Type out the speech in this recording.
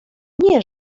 nie